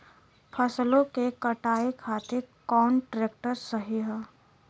फसलों के कटाई खातिर कौन ट्रैक्टर सही ह?